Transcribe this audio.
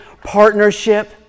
partnership